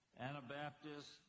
Anabaptists